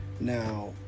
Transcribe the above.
Now